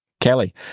Kelly